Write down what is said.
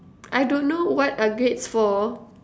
I don't know what are grades for